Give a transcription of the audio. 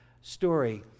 story